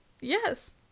Yes